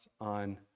on